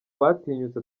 batinyutse